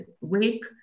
week